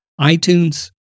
iTunes